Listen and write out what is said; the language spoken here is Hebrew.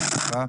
ברשותך,